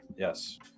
Yes